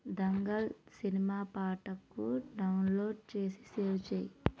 Dangal cinema పాటకు download చేసి save చెయ్యి